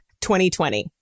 2020